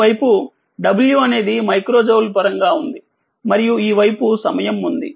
ఈ వైపు W అనేదిమైక్రో జౌల్ పరంగా ఉంది మరియు ఈవైపుసమయం ఉంది